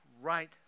right